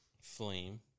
Flame